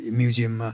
museum